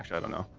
i n and